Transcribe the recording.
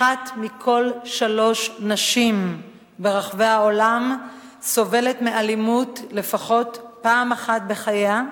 אחת מכל שלוש נשים ברחבי העולם סובלת מאלימות לפחות פעם אחת בחייה,